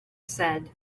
said